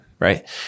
Right